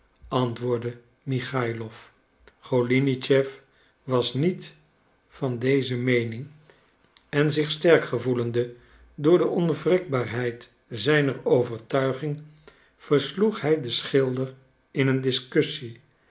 antwoordde michaïlof golinitschef was niet van deze meening en zich sterk gevoelende door de onwrikbaarheid zijner overtuiging versloeg hij den schilder in een